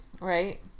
right